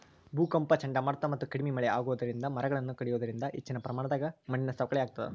ಭೂಕಂಪ ಚಂಡಮಾರುತ ಮತ್ತ ಕಡಿಮಿ ಮಳೆ ಆಗೋದರಿಂದ ಮರಗಳನ್ನ ಕಡಿಯೋದರಿಂದ ಹೆಚ್ಚಿನ ಪ್ರಮಾಣದಾಗ ಮಣ್ಣಿನ ಸವಕಳಿ ಆಗ್ತದ